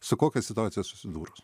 su kokia situacija susidūrus